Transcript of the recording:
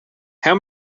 how